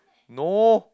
no